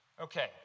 Okay